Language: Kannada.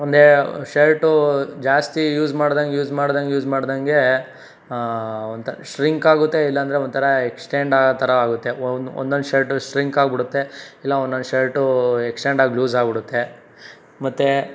ಒಂದೇ ಶರ್ಟು ಜಾಸ್ತಿ ಯೂಸ್ ಮಾಡ್ದಂಗೆ ಯೂಸ್ ಮಾಡ್ದಂಗೆ ಯೂಸ್ ಮಾಡ್ದಂಗೆ ಒಂತ ಶ್ರಿಂಕ್ ಆಗುತ್ತೆ ಇಲ್ಲಾಂದ್ರೆ ಒಂಥರ ಎಕ್ಸ್ಟೆಂಡ್ ಆಗೊ ಥರ ಆಗುತ್ತೆ ಒಂದೊಂದು ಶರ್ಟು ಶ್ರಿಂಕ್ ಆಗ್ಬಿಡುತ್ತೆ ಇಲ್ಲ ಒಂದೊಂದು ಶರ್ಟು ಎಕ್ಷಟೆಂಡಾಗಿ ಲೂಸ್ ಆಗ್ಬಿಡುತ್ತೆ ಮತ್ತೆ